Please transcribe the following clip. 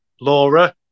Laura